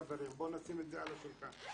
בוא נשים את זה על השולחן.